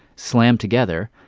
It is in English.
slammed together.